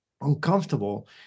uncomfortable